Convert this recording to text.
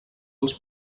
els